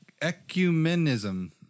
ecumenism